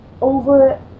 over